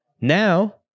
Now